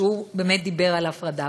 שבאמת דיבר על הפרדה,